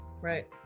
Right